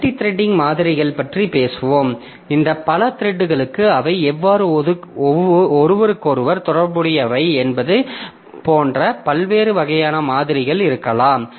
multithreading மாதிரிகள் பற்றி பேசுவோம் இந்த பல த்ரெட்களுக்கு அவை எவ்வாறு ஒருவருக்கொருவர் தொடர்புடையவை என்பது போன்ற பல்வேறு வகையான மாதிரிகள் இருக்கலாம்